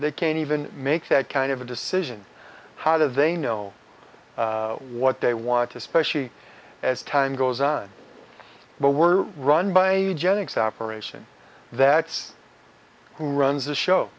they can't even make that kind of a decision how do they know what they want to specially as time goes on but we're run by eugenics operation that's who runs the show